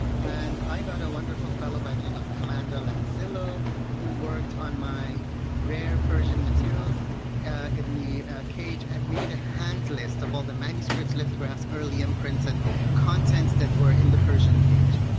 and i got a wonderful fellow by the name of amanda lanzillo who worked on my rare persian materials in the cage and made a hands list of all the manuscripts, lithographs, early imprints and contents that were in the persian cage.